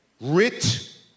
writ